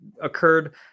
occurred